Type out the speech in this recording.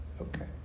Okay